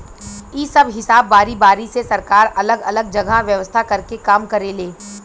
इ सब हिसाब बारी बारी से सरकार अलग अलग जगह व्यवस्था कर के काम करेले